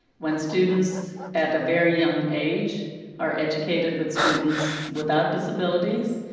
when students at a very young age are educated with students without disabilities,